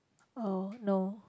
oh no